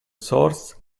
source